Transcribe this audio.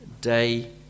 day